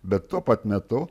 bet tuo pat metu